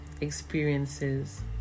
experiences